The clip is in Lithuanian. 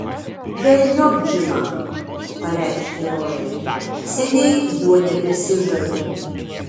velniop džiną pareiškė rožė seniai juo nebesižaviu